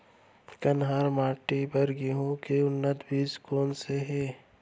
कन्हार माटी बर गेहूँ के उन्नत बीजा कोन से हे?